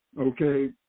okay